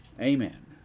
Amen